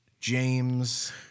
James